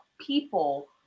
people